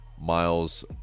Miles